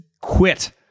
quit